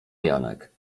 janek